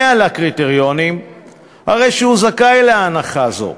על הקריטריונים הרי שהוא זכאי להנחה הזאת,